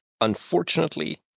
Unfortunately